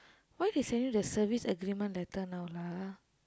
why they send you their service agreement letter now lah